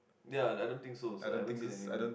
ya I don't think so also I haven't seen anyone